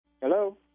hello